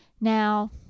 Now